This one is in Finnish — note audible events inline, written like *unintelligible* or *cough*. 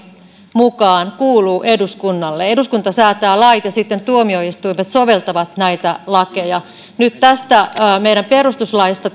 mukaan kuuluu eduskunnalle eduskunta säätää lait ja sitten tuomioistuimet soveltavat näitä lakeja nyt tässä irtisanoudutaan meidän perustuslaista *unintelligible*